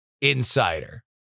Insider